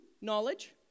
knowledge